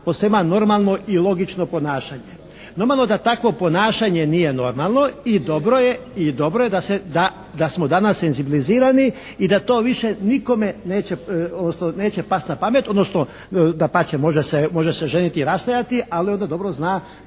posvema normalno i logično ponašanje. Normalno da takvo ponašanje nije normalno i dobro je da smo danas senzibilizirani i da to više nikome neće pasti na pamet, odnosno dapače može se ženiti i rastajati, ali onda dobro zna